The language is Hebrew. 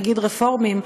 נגיד רפורמיים,